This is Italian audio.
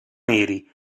neri